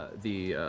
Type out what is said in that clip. the